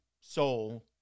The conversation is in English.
soul